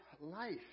life